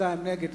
שניים נגד,